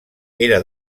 era